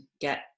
get